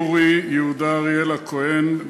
אורי יהודה אריאל הכהן,